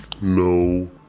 No